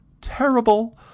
terrible –